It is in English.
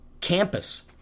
campus